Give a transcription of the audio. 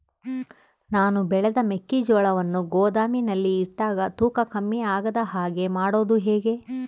ನಾನು ಬೆಳೆದ ಮೆಕ್ಕಿಜೋಳವನ್ನು ಗೋದಾಮಿನಲ್ಲಿ ಇಟ್ಟಾಗ ತೂಕ ಕಮ್ಮಿ ಆಗದ ಹಾಗೆ ಮಾಡೋದು ಹೇಗೆ?